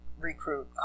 recruit